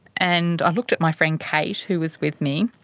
and i looked at my friend kate, who was with me.